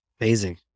Amazing